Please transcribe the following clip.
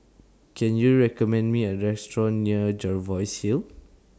Can YOU recommend Me A Restaurant near Jervois Hill